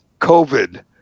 COVID